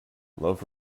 love